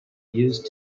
used